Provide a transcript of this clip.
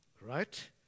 Right